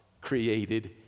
created